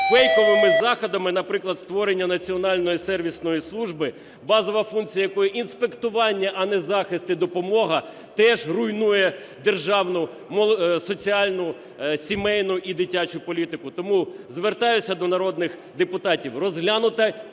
фейковими заходами, наприклад, створення Національної сервісної служби, базова функція якої – інспектування, а не захист і допомога, теж руйнує державну соціальну, сімейну і дитячу політику. Тому звертаюся до народних депутатів,